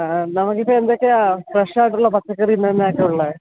ഇന്നെ എന്തൊക്കെയാണ് ഫ്രഷായിട്ടുള്ള പച്ചക്കറി ഇന്ന് എന്നാ ഒക്കെയുള്ളത്